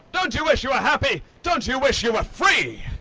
don't you wish you were happy? don't you wish you were free?